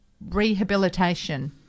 rehabilitation